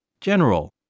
General